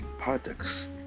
products